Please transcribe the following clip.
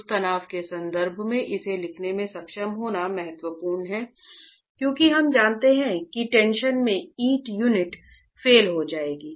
उस तनाव के संदर्भ में इसे लिखने में सक्षम होना महत्वपूर्ण है क्योंकि हम जानते हैं कि टेंशन में ईंट यूनिट फेल हो जाएगी